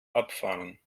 abfahren